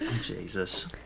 Jesus